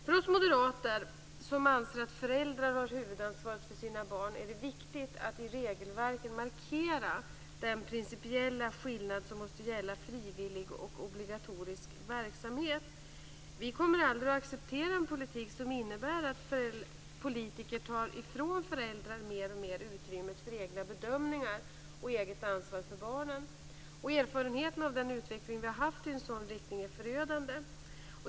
För oss moderater, som anser att föräldrar har huvudansvaret för sina barn, är det viktigt att i regelverken markera den principiella skillnad som måste finnas mellan frivillig och obligatorisk verksamhet. Vi kommer aldrig att acceptera en politik som innebär att politiker tar ifrån föräldrar mer och mer utrymme för egna bedömningar och eget ansvar för barnen. Erfarenheterna av den utveckling vi har haft i en sådan riktning är förödande.